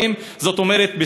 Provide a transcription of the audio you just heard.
זאת אומרת,